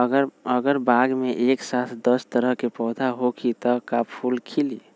अगर बाग मे एक साथ दस तरह के पौधा होखि त का फुल खिली?